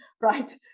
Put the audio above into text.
right